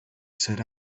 sit